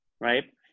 right